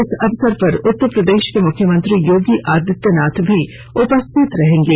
इस अवसर पर उत्तर प्रदेश के मुख्यमंत्री योगी आदित्यनाथ भी उपस्थित रहेंगे